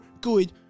good